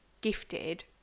gifted